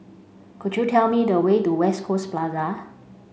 could you tell me the way to West Coast Plaza